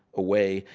away,